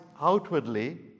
outwardly